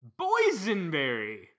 boysenberry